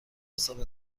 حساب